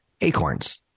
Acorns